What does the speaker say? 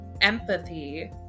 empathy